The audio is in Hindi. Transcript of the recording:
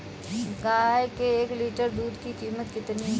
गाय के एक लीटर दूध की कीमत कितनी है?